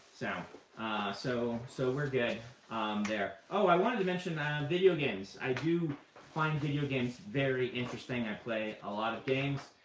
so so so we're good there. oh, i wanted to mention video games. i do find video games very interesting. i play a lot of games,